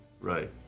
Right